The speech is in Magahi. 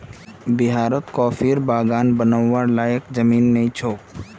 बिहारत कॉफीर बागान बनव्वार लयैक जमीन नइ छोक